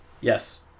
Yes